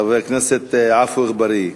חבר הכנסת עפו אגבאריה.